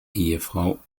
ehefrau